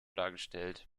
dargestellt